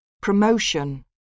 promotion